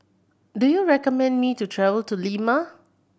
do you recommend me to travel to Lima